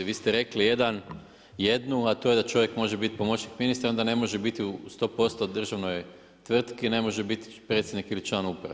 Vi ste rekli jednu, a to je da čovjek može biti pomoćnik ministra, onda ne može biti 100% u državnoj tvrtki, ne može biti predsjednik ili član uprave.